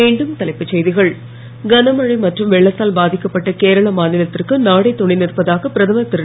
மீண்டும் தலைப்புச் செய்திகள் கனமழை மற்றும் வென்னத்தால் பாதிக்கப்பட்ட கேரள மாநிலத்திற்கு நாடே துணை நிற்பதாக பிரதமர் திரு